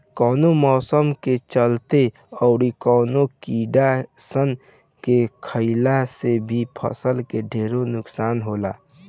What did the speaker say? कबो मौसम के चलते, अउर कबो कीड़ा सन के खईला से भी फसल के ढेरे नुकसान होला